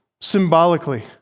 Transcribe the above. symbolically